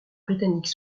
britannique